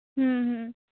ᱦᱩᱸ ᱦᱩᱸ